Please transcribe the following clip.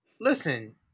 listen